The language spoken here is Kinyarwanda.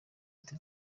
ati